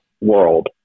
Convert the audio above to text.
world